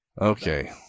Okay